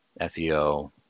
SEO